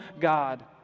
God